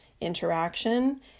interaction